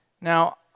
Now